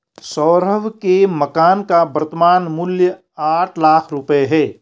सौरभ के मकान का वर्तमान मूल्य आठ लाख रुपये है